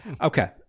Okay